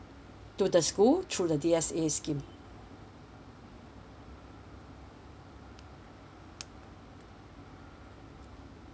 to the school through the D_S_A scheme